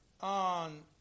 on